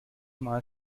mal